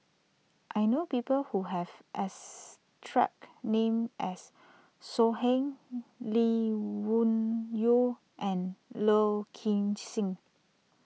I know people who have as track name as So Heng Lee Wung Yew and Low King Sing